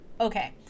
Okay